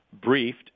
briefed